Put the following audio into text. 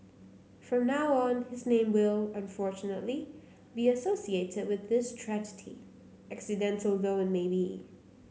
from now on his name will unfortunately be associated with this tragedy accidental though it may be